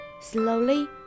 Slowly